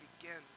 begins